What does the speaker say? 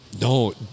No